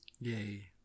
Yay